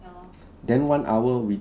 then one hour we